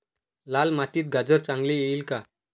लाल मातीत गाजर चांगले येईल का?